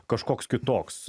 kažkoks kitoks